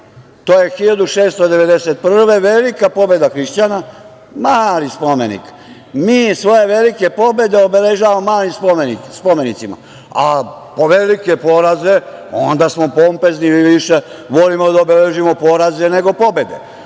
To je 1691. godine velika pobeda hrišćana, mali spomenik. Mi svoje velike pobede obeležavamo malim spomenicima, a velike poraze onda smo pompezni i više volimo da obeležimo poraze nego pobede.